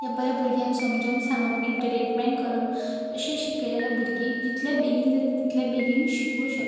त्या बऱ्या भुरग्यांक समजोन सांगप ऍण्टर्टेनमँट करून तशें शिकयलें जाल्यार भुरगीं तितले बेगीन जाता तितले बेगीन शिकूंक शकता